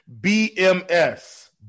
BMS